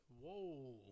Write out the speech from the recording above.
Whoa